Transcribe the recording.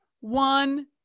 One